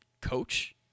coach